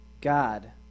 God